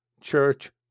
church